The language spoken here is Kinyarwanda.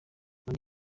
muri